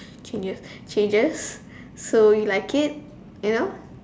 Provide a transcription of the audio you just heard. changes changes so you like it you know